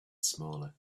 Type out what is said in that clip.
smaller